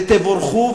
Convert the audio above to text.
ותבורכו,